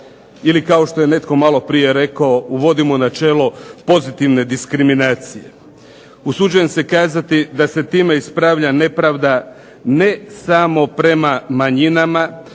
Ili kao što je netko maloprije rekao, uvodimo načelo pozitivne diskriminacije. Usuđujem se kazati da se time ispravlja nepravda ne samo prema manjinama